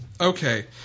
Okay